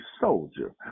soldier